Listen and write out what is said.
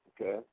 Okay